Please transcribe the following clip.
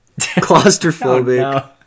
Claustrophobic